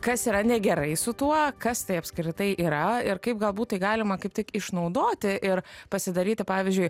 kas yra negerai su tuo kas tai apskritai yra ir kaip galbūt galima kaip tik išnaudoti ir pasidaryti pavyzdžiui